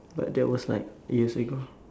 but that was like years ago